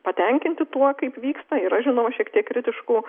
patenkinti tuo kaip vyksta yra žinau šiek tiek kritiškų